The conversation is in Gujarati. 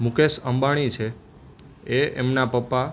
મુકેશ અંબાણી છે એ એમના પપ્પા